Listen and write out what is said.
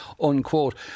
unquote